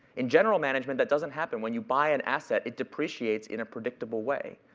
in general management, that doesn't happen. when you buy an asset, it depreciates in a predictable way.